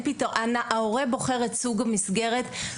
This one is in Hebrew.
ההורה בוחר את סוג המסגרת.